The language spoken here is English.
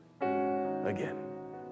again